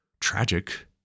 tragic